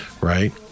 Right